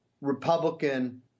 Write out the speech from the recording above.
Republican